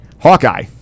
Hawkeye